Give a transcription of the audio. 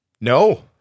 No